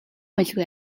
байлгүй